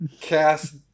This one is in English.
Cast